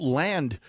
land